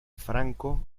franco